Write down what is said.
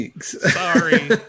sorry